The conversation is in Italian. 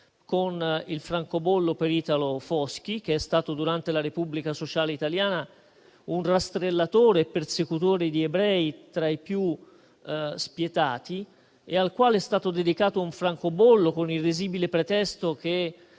con il francobollo per Italo Foschi, che durante la Repubblica sociale italiana è stato un rastrellatore e persecutore di ebrei tra i più spietati, al quale è stato dedicato un francobollo con il risibile pretesto che